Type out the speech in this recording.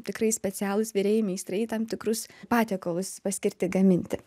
tikrai specialūs virėjai meistrai tam tikrus patiekalus paskirti gaminti